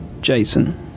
Jason